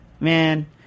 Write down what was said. Man